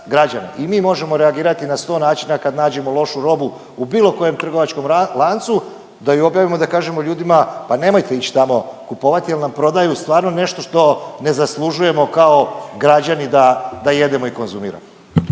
I mi možemo reagirati na 100 načina kad nađemo lošu robu u bilo kojem trgovačkom lancu da ju objavimo i da kažemo ljudima pa nemojte ići tamo kupovati jer nam prodaju stvarno nešto što ne zaslužujemo kao građani da jedemo i konzumiramo.